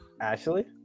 Ashley